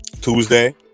Tuesday